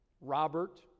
Robert